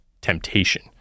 temptation